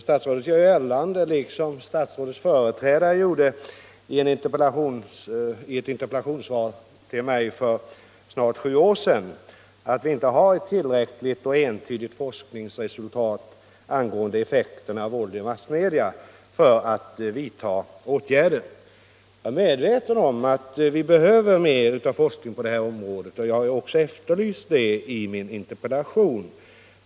Statsrådet gör gällande — liksom statsrådets företrädare i ett interpellationssvar till mig för snart sju år sedan — att vi inte har tillräckligt entydiga forskningsresultat angående effekterna av våld i massmedia för att vidta åtgärder. Jag är medveten om att vi behöver mera forskning på det här området, och det har jag efterlyst i min interpellation.